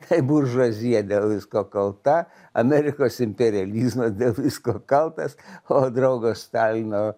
tai buržuazija dėl visko kalta amerikos imperializmas dėl visko kaltas o draugo stalino